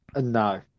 No